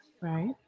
right